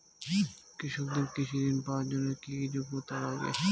কৃষকদের কৃষি ঋণ পাওয়ার জন্য কী কী যোগ্যতা লাগে?